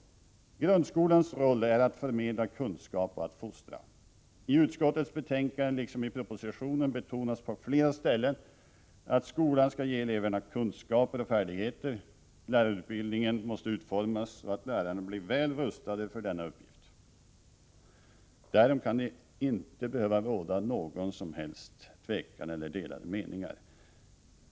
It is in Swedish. Grundskolans roll är att förmedla kunskap och att fostra. I utskottet betänkande liksom i propositionen betonas på flera ställen att skolan skall ge eleverna kunskaper och färdigheter. Lärarutbildningen måste utformas så att lärarna blir väl rustade för denna uppgift. Därom kan det inte behöva råda någon som helst tvekan eller några delade meningar.